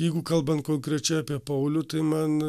jeigu kalbant konkrečiai apie paulių tai man